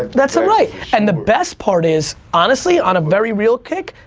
that's um right, and the best part is honestly on a very real kick,